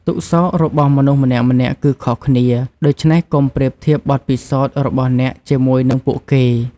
ទុក្ខសោករបស់មនុស្សម្នាក់ៗគឺខុសគ្នា ដូច្នេះកុំប្រៀបធៀបបទពិសោធន៍របស់អ្នកជាមួយនឹងពួកគេ។